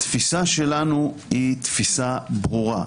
התפיסה שלנו היא תפיסה ברורה.